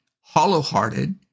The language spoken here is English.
hollow-hearted